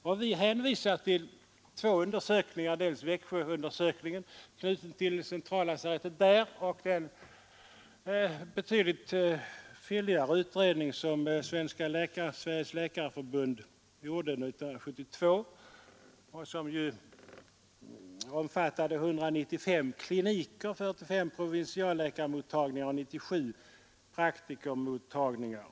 Vi har hänvisat till två undersökningar, dels Växjöundersökningen, knuten till centrallasarettet där, dels den betydligt fylligare undersökning som Sveriges läkarförbund gjorde 1972 och som omfattade 195 kliniker, 45 provinsialläkarmottagningar och 97 praktikermottagningar.